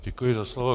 Děkuji za slovo.